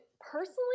personally